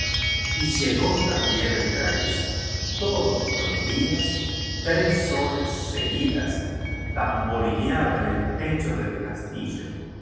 y llegó también el granizo todos los días tres horas seguidas tamborileaba en el techo del castillo